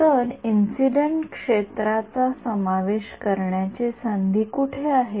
तर इंसिडेन्ट क्षेत्राचा समावेश करण्याची संधी कुठे आहे